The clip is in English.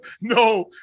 No